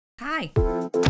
Hi